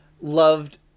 loved